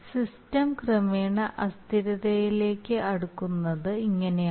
system ക്രമേണ അസ്ഥിരതയിലേക്ക് അടുക്കുന്നത് ഇങ്ങനെയാണ്